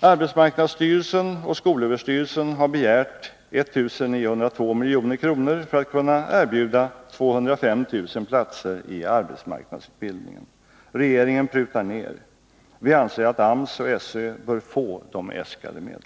Arbetsmarknadsstyrelsen och skolöverstyrelsen har begärt 1 902 milj.kr. för att kunna erbjuda 205 000 platser i arbetsmarknadsutbildning. Regeringen prutar ner. Vi anser att AMS och SÖ bör få de äskade medlen.